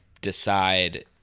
decide